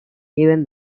even